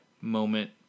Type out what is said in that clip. moment